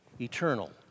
eternal